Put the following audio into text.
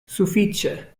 sufiĉe